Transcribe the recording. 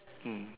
mm